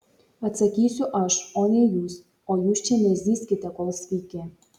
atsakysiu aš o ne jūs o jūs čia nezyzkite kol sveiki